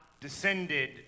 descended